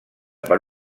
per